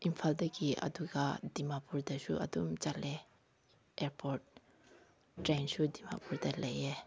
ꯏꯝꯐꯥꯜꯗꯒꯤ ꯑꯗꯨꯒ ꯗꯤꯃꯥꯄꯨꯔꯗꯁꯨ ꯑꯗꯨꯝ ꯆꯠꯂꯦ ꯑꯦꯌꯥꯔꯄꯣꯠ ꯇ꯭ꯔꯦꯟꯁꯨ ꯗꯤꯃꯥꯄꯨꯔꯗ ꯂꯩꯌꯦ